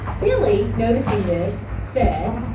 billy noticing this, said,